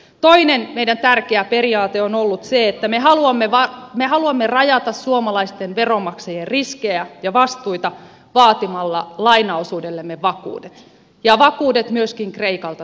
toinen meidän tärkeä periaatteemme on ollut se että me haluamme rajata suomalaisten veronmaksajien riskejä ja vastuita vaatimalla lainaosuudellemme vakuudet ja vakuudet myöskin kreikalta saimme